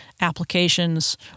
applications